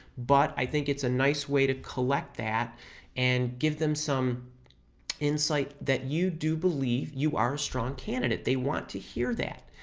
but i think it's a nice way to collect that and give them some insight that you do believe you are a strong candidate. they want to hear that.